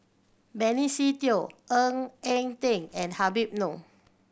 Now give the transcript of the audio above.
Benny Se Teo Ng Eng Teng and Habib Noh